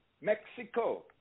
Mexico